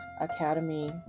Academy